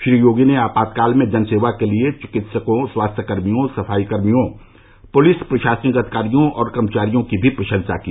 श्री योगी ने आपातकाल में जनसेवा के लिए चिकित्सकों स्वास्थ्यकर्मियों सफाईकर्मियों प्लिस प्रशासनिक अधिकारियों और कर्मचारियों की भी प्रशंसा की